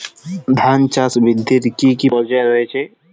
ধান চাষ বৃদ্ধির কী কী পর্যায় রয়েছে?